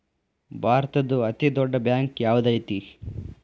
ಭಾರತದ್ದು ಅತೇ ದೊಡ್ಡ್ ಬ್ಯಾಂಕ್ ಯಾವ್ದದೈತಿ?